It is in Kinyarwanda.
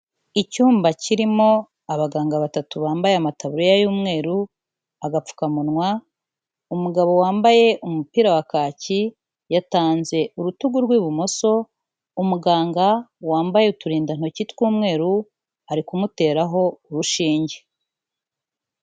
Icyumba kirimo abaganga batatu bambaye amataburiya y'umweru, agapfukamunwa, umugabo wambaye umupira wa kaki, yatanze urutugu rw'ibumoso umuganga wambaye uturindantoki tw'umweru ari kumuteraho urushinge.